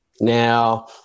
Now